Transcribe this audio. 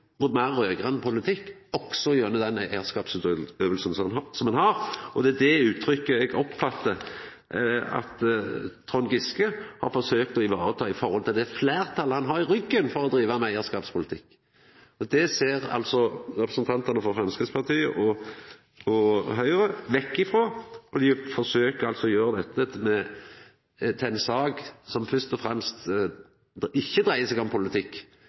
politikk, òg gjennom den eigarskapsutøvinga ein har. Og det er det uttrykket eg oppfattar at Trond Giske har forsøkt å vareta i forhold til det fleirtalet han har i ryggen for å driva med eigarskapspolitikk. Det ser altså representantane frå Framstegspartiet og Høgre vekk frå, og dei forsøker altså å gjera dette til ei sak som først og fremst ikkje dreier seg om politikk.